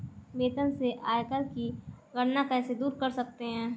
वेतन से आयकर की गणना कैसे दूर कर सकते है?